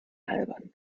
albern